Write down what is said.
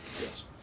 Yes